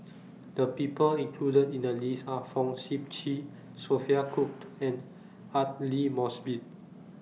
The People included in The list Are Fong Sip Chee Sophia Cooke and Aidli Mosbit